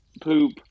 poop